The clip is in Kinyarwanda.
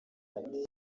ati